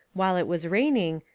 while it was raining,